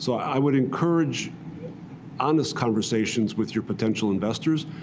so i would encourage honest conversations with your potential investors,